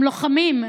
הם לוחמים,